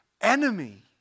enemy